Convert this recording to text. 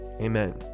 Amen